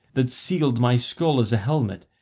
that sealed my skull as a helmet,